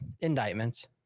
indictments